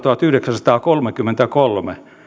tuhatyhdeksänsataakolmekymmentäkolme